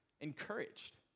encouraged